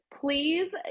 please